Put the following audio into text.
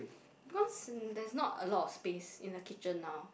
because there's not a lot of space in the kitchen now